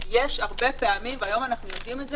אני מקווה שלא.